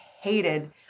hated